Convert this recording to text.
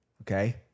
Okay